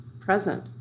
present